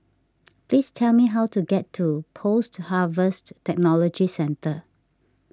please tell me how to get to Post Harvest Technology Centre